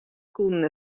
koene